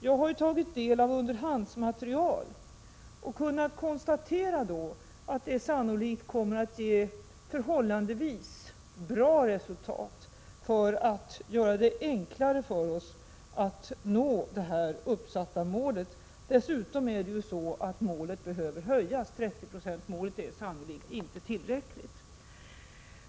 Jag har tagit del av underhandsmaterial och kunnat konstatera att det sannolikt kommer att ge förhållandevis bra resultat. Det kommer att göra det enklare för oss att nå det här uppsatta målet. Dessutom behöver målet höjas; 30-procentsmålet är sannolikt inte tillräckligt.